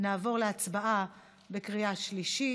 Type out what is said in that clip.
נעבור להצבעה בקריאה שלישית.